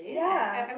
ya